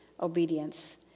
obedience